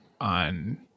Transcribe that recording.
on